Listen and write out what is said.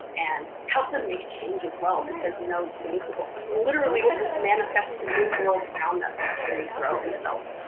and help them make change as well because you know young people literally manifest a new world around them as they grow and develop.